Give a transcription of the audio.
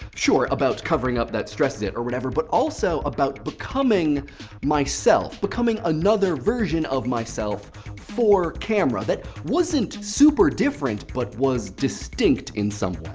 sure, about covering up that stress zit or whatever, but also about becoming myself, becoming another version of myself for camera that wasn't super different but was distinct in some way,